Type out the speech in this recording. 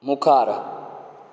मुखार